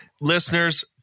Listeners